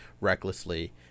recklessly